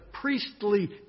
priestly